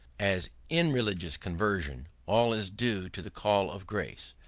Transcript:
as in religious conversion all is due to the call of grace,